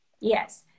Yes